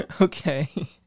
Okay